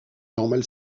normale